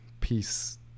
peace